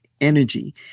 energy